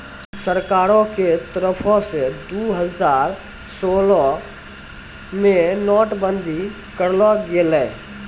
सरकारो के तरफो से दु हजार सोलह मे नोट बंदी करलो गेलै